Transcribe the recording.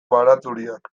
baratxuriak